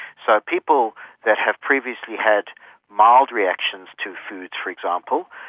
so people that have previously had mild reactions to foods, for example,